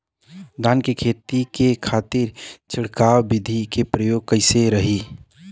धान के खेती के खातीर छिड़काव विधी के प्रयोग कइसन रही?